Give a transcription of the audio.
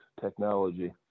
technology